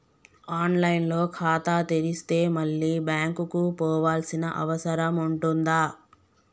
On line లో ఖాతా తెరిస్తే మళ్ళీ బ్యాంకుకు పోవాల్సిన అవసరం ఉంటుందా?